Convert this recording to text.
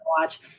watch